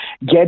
get